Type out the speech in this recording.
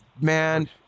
Man